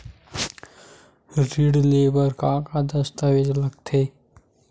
ऋण ले बर का का दस्तावेज लगथे?